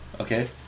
Okay